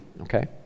okay